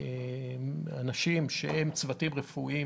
אנשים שהם צוותים רפואיים,